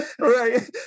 Right